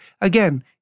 again